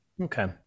Okay